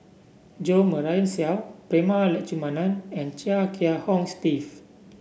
Jo Marion Seow Prema Letchumanan and Chia Kiah Hong Steve